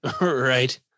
Right